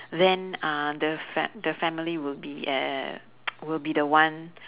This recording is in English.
then uh the fam~ the family would be uh would be the one